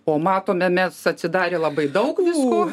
o matome mes atsidarę labai daug visko